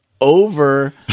over